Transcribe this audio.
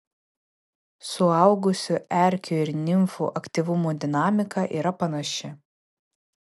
suaugusių erkių ir nimfų aktyvumo dinamika yra panaši